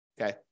Okay